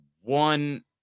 one